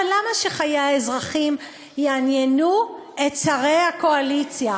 אבל למה יעניינו חיי האזרחים את שרי הקואליציה?